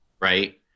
Right